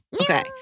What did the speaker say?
Okay